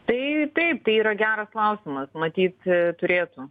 tai taip tai yra geras klausimas matyt turėtų